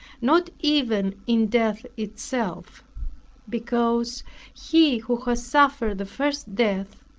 not even in death itself because he who has suffered the first death,